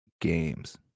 games